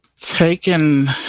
taken